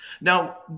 Now